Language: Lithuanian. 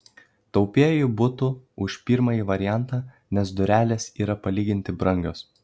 taupieji būtų už pirmąjį variantą nes durelės yra palyginti brangios